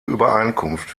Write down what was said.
übereinkunft